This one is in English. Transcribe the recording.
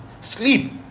Sleep